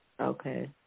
Okay